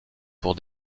pour